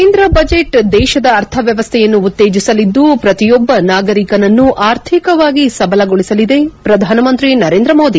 ಕೇಂದ್ರ ಬಜೆಟ್ ದೇಶದ ಅರ್ಥವ್ವವಸ್ಥೆಯನ್ನು ಉತ್ತೇಜಿಸಲಿದ್ದು ಪ್ರತಿಯೊಬ್ಬ ನಾಗರಿಕನನ್ನು ಆರ್ಥಿಕವಾಗಿ ಸಬಲಗೊಳಸಲಿದೆ ಪ್ರಧಾನ ಮಂತ್ರಿ ನರೇಂದ್ರ ಮೋದಿ